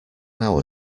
hour